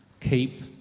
keep